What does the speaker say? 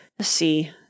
see